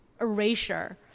erasure